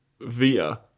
via